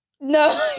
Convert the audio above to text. No